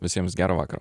visiems gero vakaro